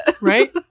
Right